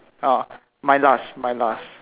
oh my last my last